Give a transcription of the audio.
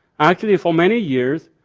actually for many years,